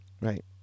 Right